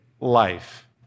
life